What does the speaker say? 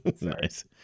Nice